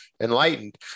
enlightened